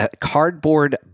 cardboard